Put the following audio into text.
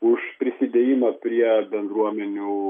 už prisidėjimą prie bendruomenių